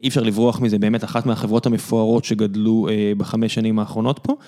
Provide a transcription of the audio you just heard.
אי אפשר לברוח מזה, באמת אחת מהחברות המפוארות שגדלו בחמש שנים האחרונות פה.